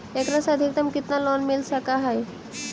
एकरा से अधिकतम केतना लोन मिल सक हइ?